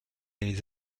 les